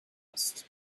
asked